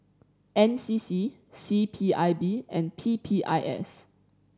N C C C P I B and P P I S